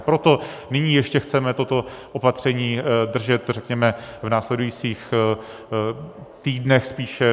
Proto nyní ještě chceme toto opatření držet, řekněme, v následujících týdnech spíše.